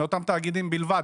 מאותם תאגידים בלבד,